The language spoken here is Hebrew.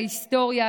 ההיסטוריה,